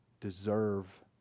deserve